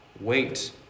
Wait